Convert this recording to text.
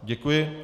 Děkuji.